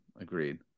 agreed